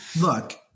look